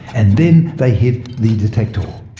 and then they hit the detector. ah